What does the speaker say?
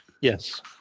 Yes